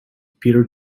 peter